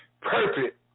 perfect